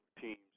teams